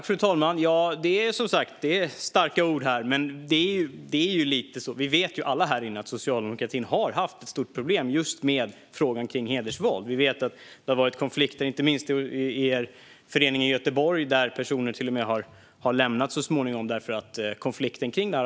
Fru talman! Det är starka ord här! Vi vet alla här att socialdemokratin har haft stora problem med frågan om hedersvåld. Vi vet att det har varit konflikter inte minst i er förening i Göteborg, där personer till och med har lämnat föreningen därför att konflikten har varit svår.